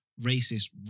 racist